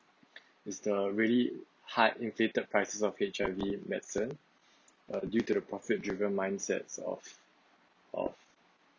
is the really high inflated prices of H_I_V medicine uh due to the profit driven mindsets of of